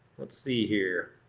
let's see here.